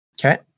Okay